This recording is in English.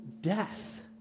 death